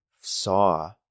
saw